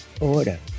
Order